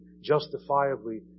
justifiably